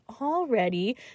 already